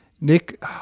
Nick